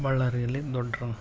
ಬಳ್ಳಾರಿಯಲ್ಲಿ ದೊಡ್ರು